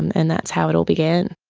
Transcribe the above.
and that's how it all began.